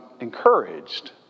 encouraged